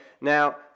now